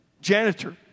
janitor